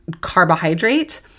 carbohydrate